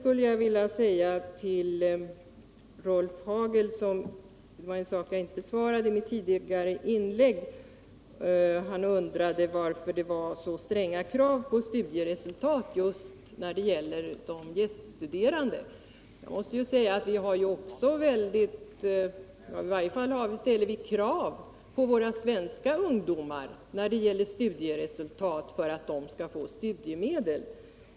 I mitt tidigare inlägg förbisåg jag att svara på en annan fråga som Rolf Hagel har ställt. Han undrade varför det var så stränga krav när det gäller studieresultat just för de gäststuderande. Men vi ställer ju också krav på våra svenska ungdomar när det gäller studieresultat för att de skall få studiemedel.